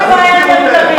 לא, אין לי בעיה עם זה.